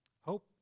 Hope